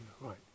right